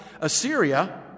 Assyria